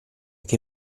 che